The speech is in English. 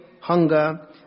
hunger